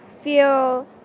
feel